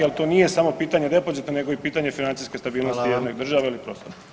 Jer to nije samo pitanje depozita, nego i pitanje financijske stabilnosti jedne države ili prostora.